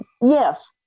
Yes